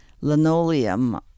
linoleum